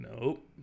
Nope